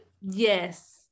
Yes